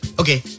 okay